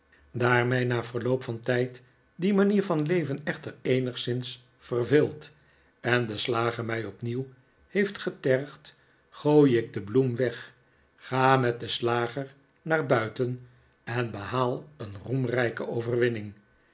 na verloop van tijd die manier van leven echter eenigszins verveelt en de slager mij opnieuw heeft getergd gooi ik de bloem weg ga met den slager naar buiten en behaal een roemrijke overwinning